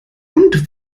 und